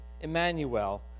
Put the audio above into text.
Emmanuel